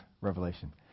Revelation